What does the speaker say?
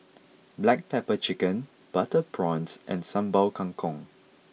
Black Pepper Chicken Butter Prawns and Sambal Kangkong